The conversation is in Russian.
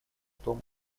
том